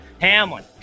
Hamlin